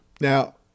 Now